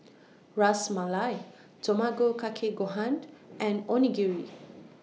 Ras Malai Tamago Kake Gohan and Onigiri